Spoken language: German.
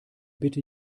bitte